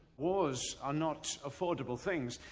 wars are not affordable things.